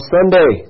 Sunday